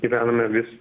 gyvename vis